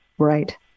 Right